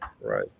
Right